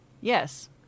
Yes